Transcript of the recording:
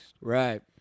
Right